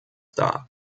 dar